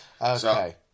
Okay